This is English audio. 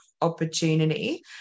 opportunity